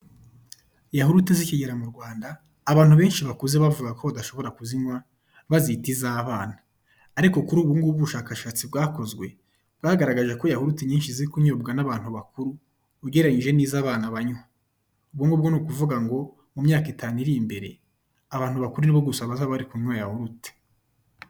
Yahurute zikigera mu Rwanda abantu benshi bakuze bavugaga ko badashobora kuzinywa bazita iz'abana, ari kuri ubungubu ubushakashatsi bwakozwe bwagaragaje ko yahurute nyinshi ziri kunyobwa n'abantu bakuru ugereranyije n'izo abana banywa, ubwo ngubwo ni ukuvuga ngo mu myaka itanu iri imbere abantu bakuru nibo gusa bazaba bari kunywa yahurute.